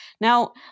Now